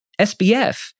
SBF